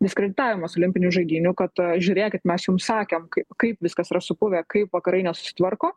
diskreditavimas olimpinių žaidynių kad žiūrėkit mes jum sakėm kaip viskas yra supuvę kaip vakarai nesusitvarko